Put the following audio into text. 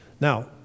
Now